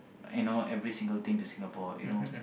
and all every single thing to Singapore you know